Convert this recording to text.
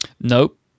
Nope